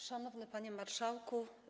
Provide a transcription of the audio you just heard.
Szanowny Panie Marszałku!